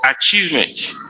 achievement